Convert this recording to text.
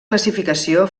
classificació